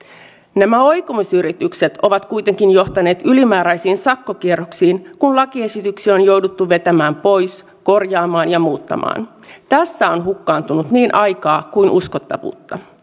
nämä oikomisyritykset ovat kuitenkin johtaneet ylimääräisiin sakkokierroksiin kun lakiesityksiä on jouduttu vetämään pois korjaamaan ja muuttamaan tässä on hukkaantunut niin aikaa kuin uskottavuutta